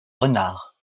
renards